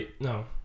No